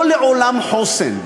לא לעולם חוסן.